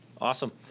Awesome